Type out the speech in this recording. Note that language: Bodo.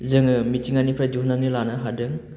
जोङो मिथिंगानिफ्राय दिहुन्नानै लानो हादों